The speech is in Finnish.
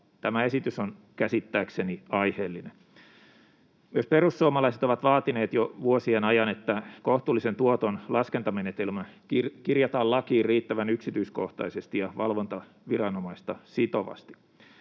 Tämä esitys on käsittääkseni aiheellinen. Myös perussuomalaiset ovat vaatineet jo vuosien ajan, että kohtuullisen tuoton laskentamenetelmä kirjataan lakiin riittävän yksityiskohtaisesti ja valvontaviranomaista sitovasti.